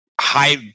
High